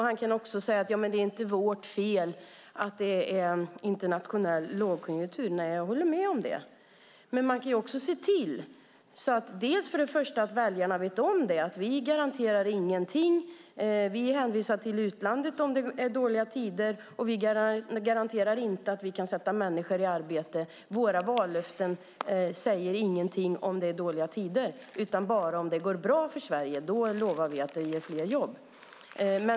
Han kan också säga: Det är inte vårt fel att det är internationell lågkonjunktur. Jag håller med om det, men man kan också se till att väljarna vet om att man inte garanterar någonting. Vi hänvisar till utlandet om det är dåliga tider, och vi garanterar inte att vi kan sätta människor i arbete. Våra vallöften säger ingenting om det är dåliga tider utan bara om det går bra för Sverige. Då lovar vi att det blir fler jobb.